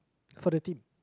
for the team